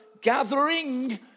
gathering